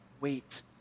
wait